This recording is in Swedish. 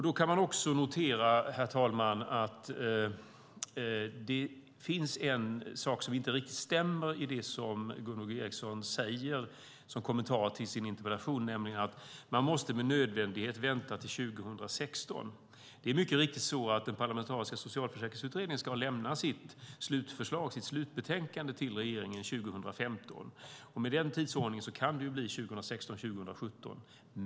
Då kan man också notera, herr talman, att det finns en sak som inte riktigt stämmer i det Gunvor G Ericson säger som kommentar till sin interpellation, nämligen att vi med nödvändighet måste vänta till 2016. Det är mycket riktigt så att den parlamentariska socialförsäkringsutredningen ska ha lämnat sitt slutbetänkande till regeringen 2015, och med den tidsordningen kan det bli 2016 eller 2017.